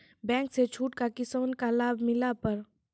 Bank से छूट का किसान का लाभ मिला पर?